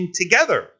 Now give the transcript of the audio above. together